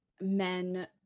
men